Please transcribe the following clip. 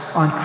on